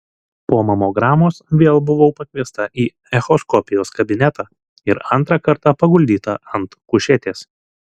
po mamogramos vėl buvau pakviesta į echoskopijos kabinetą ir antrą kartą paguldyta ant kušetės